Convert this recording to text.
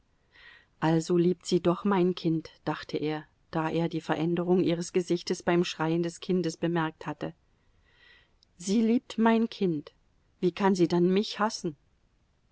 also liebt sie doch mein kind dachte er da er die veränderung ihres gesichtes beim schreien des kindes bemerkt hatte sie liebt mein kind wie kann sie dann mich hassen